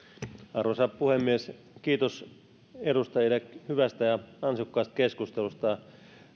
arvoisa puhemies kiitos edustajille hyvästä ja ansiokkaasta keskustelusta